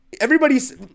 Everybody's